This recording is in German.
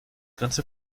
ganze